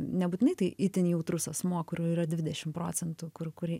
nebūtinai tai itin jautrus asmuo kurių yra dvidešim procentų kur kur